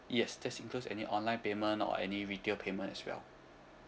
yes that's includes any online payment or any retail payment as well